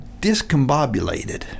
discombobulated